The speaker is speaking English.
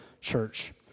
church